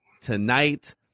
tonight